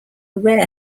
rare